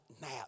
nap